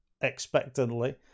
expectantly